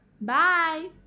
Bye